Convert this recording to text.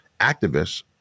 activists